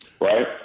Right